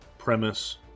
premise